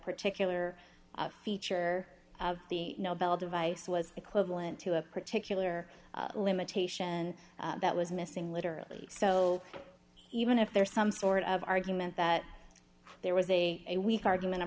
particular feature of the nobel device was equivalent to a particular limitation that was missing literally so even if there is some sort of argument that there was a weak argument